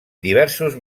diversos